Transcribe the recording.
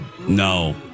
no